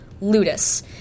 ludus